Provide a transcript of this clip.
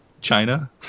China